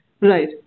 Right